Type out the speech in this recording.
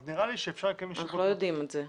אז נראה לי שאפשר לקיים ישיבות --- אנחנו לא יודעים את זה,